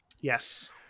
Yes